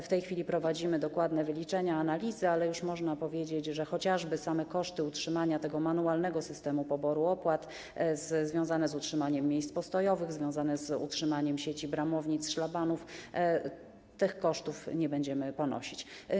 W tej chwili prowadzimy dokładne wyliczenia, analizy, ale już można powiedzieć, że chociażby same koszty utrzymania tego manualnego systemu poboru opłat, związane z utrzymaniem miejsc postojowych, sieci bramownic, szlabanów - tych kosztów nie będziemy ponosić.